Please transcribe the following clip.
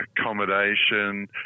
accommodation